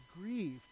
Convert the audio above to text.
grieve